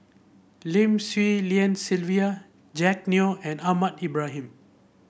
Lim Swee Lian Sylvia Jack Neo and Ahmad Ibrahim